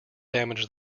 damaged